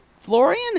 Florian